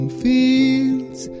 fields